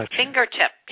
fingertip